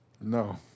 No